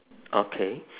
okay